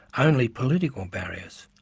only political barriers.